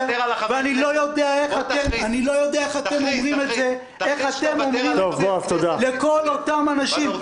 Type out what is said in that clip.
אני לא יודע איך אתם אומרים לכל אותם אנשים,